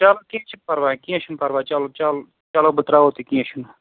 چلو کیٚنہہ چھِنہٕ پرواے کیٚنہہ چھِنہٕ پرواے چلو چل چلو بہٕ ترٛاوَو تُہۍ کیٚنہہ چھُنہٕ